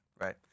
right